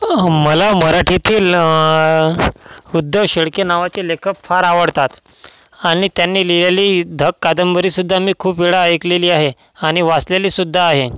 मला मराठीतील उद्धव शेळके नावाचे लेखक फार आवडतात आणि त्यांनी लिहिलेली धग कादंबरी सुद्धा मी खूप वेळा ऐकलेली आहे आणि वाचलेली सुद्धा आहे